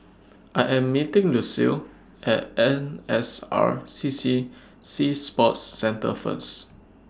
I Am meeting Lucile At N S R C C Sea Sports Centre First